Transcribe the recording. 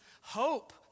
hope